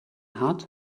hat